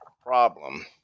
problem